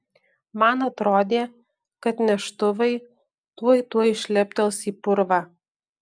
man atrodė kad neštuvai tuoj tuoj šleptels į purvą